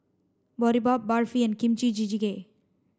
Boribap Barfi and Kimchi jjigae